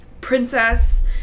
Princess